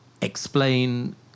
explain